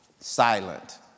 silent